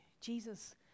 Jesus